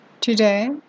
today